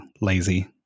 lazy